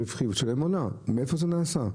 הרווחיות שלהן עולה, מאיפה זה נעשה?